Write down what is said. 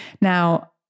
Now